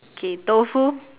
okay tofu